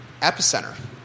epicenter